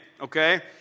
okay